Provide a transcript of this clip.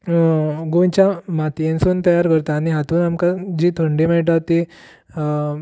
गोंयच्या मातयेंतसून तयार करतात आनी हातूंत आमकां जी थंडी मेळटा ती